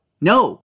No